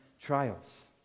trials